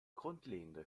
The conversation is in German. grundlegende